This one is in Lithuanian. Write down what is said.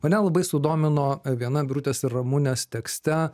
mane labai sudomino viena birutės ir ramunės tekste